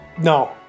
No